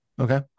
okay